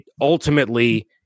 Ultimately